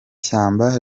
shyamba